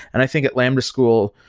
and i think at lambda school,